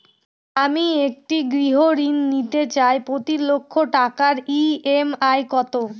আমি একটি গৃহঋণ নিতে চাই প্রতি লক্ষ টাকার ই.এম.আই কত?